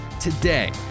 Today